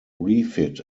refit